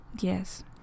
Yes